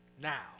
now